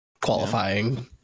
qualifying